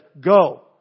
go